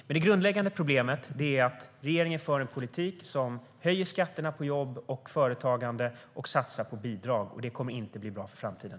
Men det grundläggande problemet är att regeringen för en politik som höjer skatterna på jobb och företagande och satsar på bidrag. Det kommer inte att bli bra för framtiden.